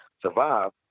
survive